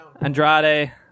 Andrade